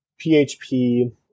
PHP